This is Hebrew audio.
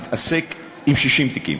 תתעסק עם 60 תיקים,